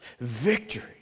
Victory